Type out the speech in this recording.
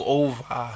over